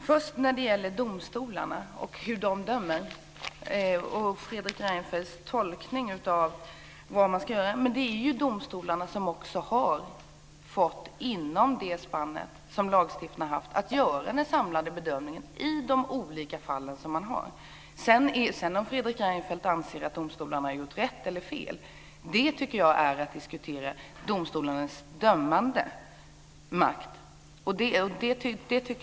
Fru talman! Först gäller det domstolarna, hur de dömer och Fredrik Reinfeldts tolkning av vad man ska göra. Det är ju domstolarna som inom det spann som lagstiftaren har givit har haft att göra den samlade bedömningen i de olika fallen. Frågan om Fredrik Reinfeldt anser att domstolarna har gjort rätt eller fel tycker jag handlar om att diskutera domstolarnas dömande makt.